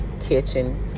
kitchen